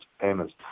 payments